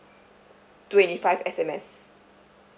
twenty five S_M_S